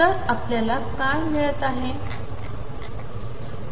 तर आपल्याला काय मिळत आहे